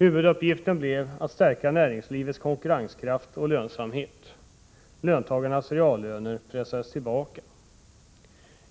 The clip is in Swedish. Huvuduppgiften blev att stärka näringslivets konkurrenskraft och lönsamhet. Löntagarnas reallöner pressades tillbaka.